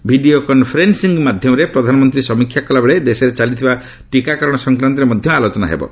video conferencing ମାଧ୍ୟମରେ ପ୍ରଧାନମନ୍ତ୍ରୀ ସମୀକ୍ଷା କଲାବେଳେ ଦେଶରେ ଚାଲିଥିବା ଟିକାକରଣ ସଂକ୍ରାନ୍ତରେ ମଧ୍ୟ ଆଲୋଚନା କରିବେ